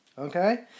Okay